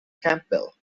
campbell